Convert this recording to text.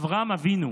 אברהם אבינו,